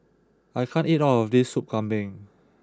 I can't eat all of this Sop Kambing